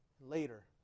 Later